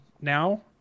now